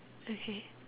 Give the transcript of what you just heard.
okay